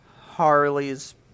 harley's